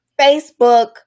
Facebook